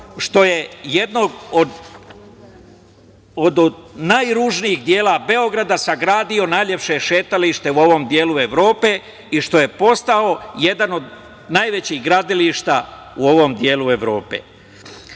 što je jednog od najružnijih delova Beograda sagradio najlepše šetalište u ovom delu Evrope i što je postao jedan od najvećih gradilišta u ovom delu